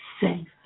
safe